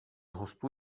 hostů